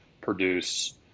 produce